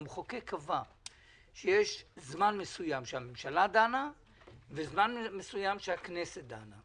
המחוקק קבע שיש זמן מסוים שהממשלה דנה וזמן מסוים שהכנסת דנה.